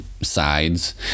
sides